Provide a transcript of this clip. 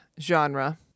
genre